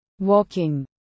walking